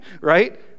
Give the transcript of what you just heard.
right